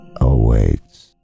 awaits